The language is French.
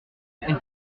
elle